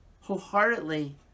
wholeheartedly